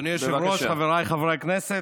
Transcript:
אדוני היושב-ראש, חבריי חברי הכנסת,